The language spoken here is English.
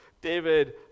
David